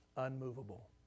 unmovable